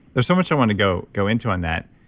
there's so much i want to go go into on that.